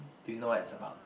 do you know what it's about